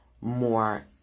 more